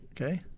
Okay